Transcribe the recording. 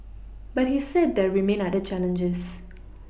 but he said there remain other challenges